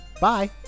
bye